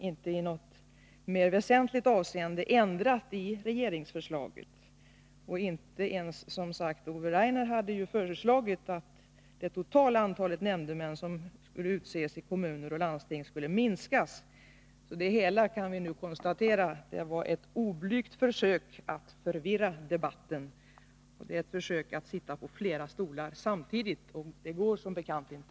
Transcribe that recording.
Regeringsförslaget har inte ändrats i något mer väsentligt avseende, och inte ens Ove Rainer hade som sagt föreslagit att det totala antalet nämndemän som utses i kommuner och landsting skulle minskas. Så vi kan nu konstatera att det hela var ett oblygt försök att förvirra debatten. Det var ett försök att sitta på flera stolar samtidigt, och det går som bekant inte.